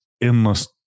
endless